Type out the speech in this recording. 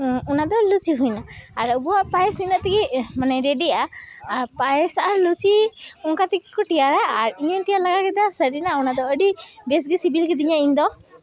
ᱚᱱᱟᱫᱚ ᱞᱩᱪᱤ ᱦᱩᱭᱮᱱᱟ ᱟᱨ ᱟᱵᱚᱣᱟᱜ ᱯᱟᱭᱮᱥ ᱤᱱᱟᱹᱜ ᱛᱮᱜᱮ ᱢᱟᱱᱮ ᱨᱮᱰᱤᱜᱼᱟ ᱟᱨ ᱯᱟᱭᱮᱥ ᱟᱨ ᱞᱩᱪᱤ ᱚᱝᱠᱟ ᱛᱮᱜᱮᱠᱚ ᱛᱮᱭᱟᱨᱟ ᱟᱨ ᱤᱧᱤᱧ ᱛᱮᱭᱟᱨ ᱞᱮᱜᱟ ᱠᱮᱫᱟ ᱥᱟᱹᱨᱤᱱᱟᱜ ᱚᱱᱟᱫᱚ ᱟᱹᱰᱤ ᱵᱮᱥᱜᱮ ᱥᱤᱵᱤᱞ ᱠᱮᱫᱤᱧᱟ ᱤᱧᱫᱚ